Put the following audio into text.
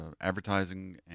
advertising